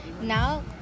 Now